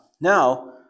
Now